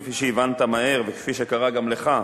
כפי שהבנת מהר וכפי שקרה גם לך,